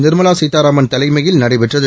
நிர்மலா சீதாராமன் தலைமையில் நடைபெற்றது